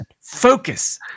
focus